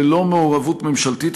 ללא מעורבות ממשלתית,